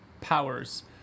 powers